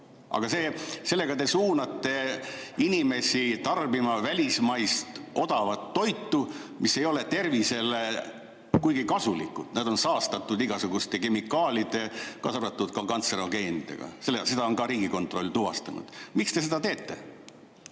Sellega te suunate inimesi tarbima välismaist odavat toitu, mis ei ole tervisele kuigi kasulik, sest see on saastatud igasuguste kemikaalidega, kaasa arvatud kantserogeenidega. Seda on ka Riigikontroll tuvastanud. Miks te seda teete?